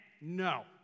No